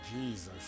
Jesus